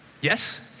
Yes